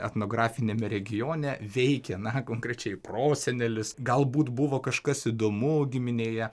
etnografiniame regione veikė na konkrečiai prosenelis galbūt buvo kažkas įdomu giminėje